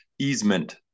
easement